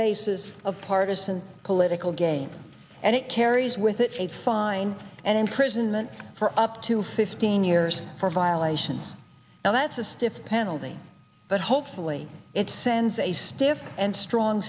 basis of partisan political gain and it carries with it a fine and imprisonment for up to fifteen years for violations now that's a stiff penalty but hopefully it sends a stiff and strong